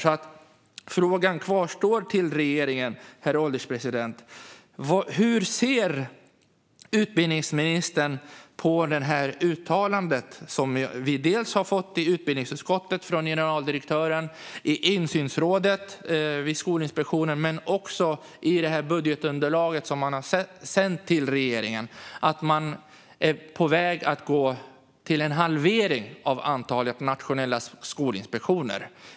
Frågan till regeringen kvarstår alltså, herr ålderspresident: Hur ser utbildningsministern på uttalandet från generaldirektören i utbildningsutskottet, i insynsrådet vid Skolinspektionen och i budgetunderlaget som man har sänt till regeringen? Man är på väg mot en halvering av antalet nationella skolinspektioner.